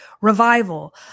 revival